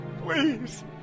Please